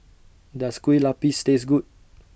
Does Kueh Lupis Taste Good